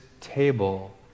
table